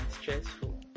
stressful